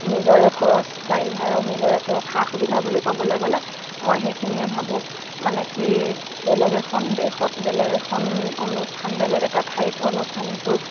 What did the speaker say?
নিজৰে খৰচ গাড়ী ভাড়াও নিজৰে খৰচ সা সুবিধা বুলি ক'বলে গ'লে মই সেইখিনিয়ে ভাবোঁ মানে কি বেলেগ এখন দেশত বেলেগ এখন অনুষ্ঠান বেলেগ এটা ঠাইত অনুষ্ঠানটো